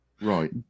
right